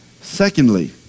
Secondly